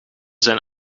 zijn